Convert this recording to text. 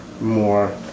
more